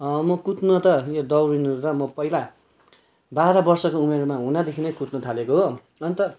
म कुद्न त यो दौडिन त म पहिला बाह्र वर्षको उमेरमा हुँदादेखि नै कुद्न थालेको हो अन्त